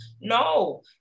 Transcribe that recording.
No